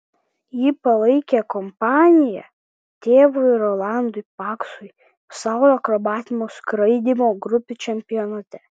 ji palaikė kompaniją tėvui rolandui paksui pasaulio akrobatinio skraidymo grupių čempionate